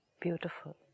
Beautiful